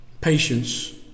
Patience